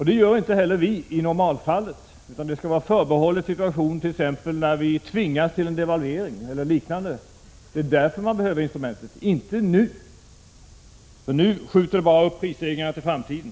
Det gör inte heller vi i normala fall, utan prisstoppet skall vara förbehållet situationer då vi tvingas till en devalvering eller liknande. Det är då man behöver prisstoppsinstrumentet, inte nu. Man skjuter nu prisstegringarna på framtiden.